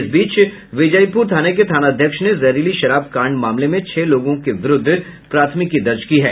इस बीच विजयीपुर थाने के थानाध्यक्ष ने जहरीली शराब कांड मामले में छह लोगों के विरूद्ध प्राथमिकी दर्ज की है